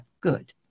good